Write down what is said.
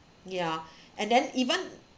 ya and then even